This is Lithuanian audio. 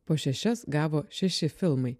po šešias gavo šeši filmai